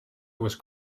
was